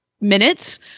minutes